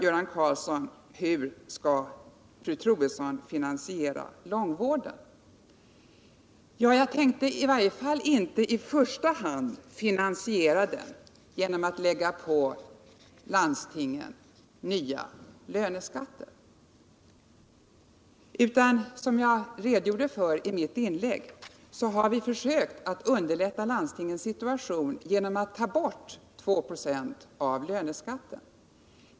Göran Karlsson frågar hur jag skall finansiera långtidssjukvården. Ja, jag tänkte i varje fall inte i första hand finansiera den genom att lägga på landstingen ytterligare löneskatter. Som jag redogjorde för i mitt inlägg har vi försökt underlätta landstingens situation genom att ta bort 2 26 av löneskatten.